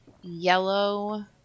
yellow